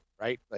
right